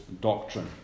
doctrine